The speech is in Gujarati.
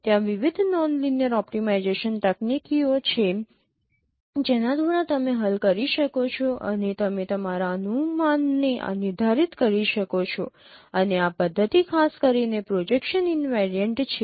ત્યાં વિવિધ નોન લિનિયર ઓપ્ટિમાઇજેશન તકનીકીઓ છે જેના દ્વારા તમે હલ કરી શકો છો અને તમે તમારા અનુમાનને નિર્ધારિત કરી શકો છો અને આ પદ્ધતિ ખાસ કરીને પ્રોજેક્શન ઇનવેરિયન્ટ છે